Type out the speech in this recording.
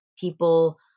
people